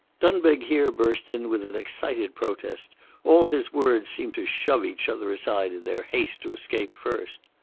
dunbeg here burst in with an excited protest all his words seemed to shove each other aside in their haste to escape first.